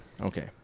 okay